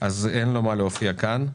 כך שאין להן מה להופיע כאן.